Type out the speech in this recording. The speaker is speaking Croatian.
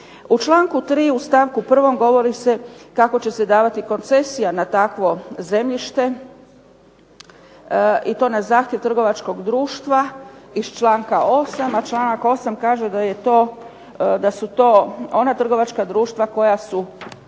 U članku 3. u stavku 1. govori se kako će se davati koncesija na takvo zemljište i to na zahtjev trgovačkog društva iz članka 8., a članak 8. kaže da je to, da su to ona trgovačka društva koja su,